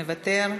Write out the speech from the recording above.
מוותר,